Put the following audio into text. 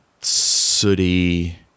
sooty